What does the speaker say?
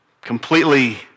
completely